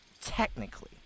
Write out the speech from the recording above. Technically